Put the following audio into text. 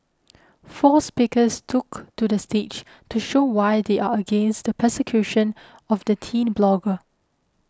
four speakers took to the stage to show why they are against the persecution of the teen blogger